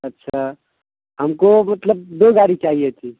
اچھا ہم کو مطلب دو گاڑی چاہیے تھی